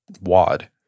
wad